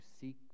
seek